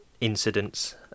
incidents